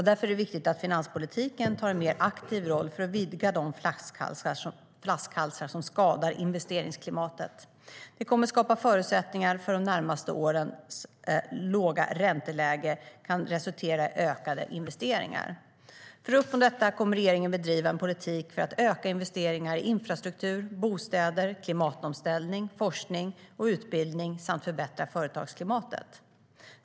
Därför är det viktigt att finanspolitiken tar en mer aktiv roll för att vidga de flaskhalsar som skadar investeringsklimatet. Det kommer att skapa förutsättningar för att de närmaste årens låga ränteläge kan resultera i ökade investeringar. För att uppnå detta kommer regeringen att driva en politik för att öka investeringarna i infrastruktur, bostäder, klimatomställning, forskning och utbildning samt förbättra företagsklimatet.